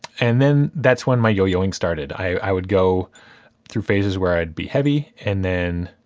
and then that's when my yo-yoing started. i would go through phases where i'd be heavy, and then